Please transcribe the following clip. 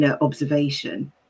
observation